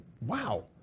wow